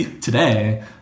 today